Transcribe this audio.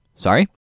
Sorry